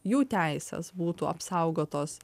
jų teisės būtų apsaugotos